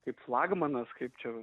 kaip flagmanas kaip čia